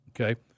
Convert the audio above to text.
Okay